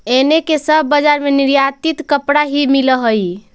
एने के सब बजार में निर्यातित कपड़ा ही मिल हई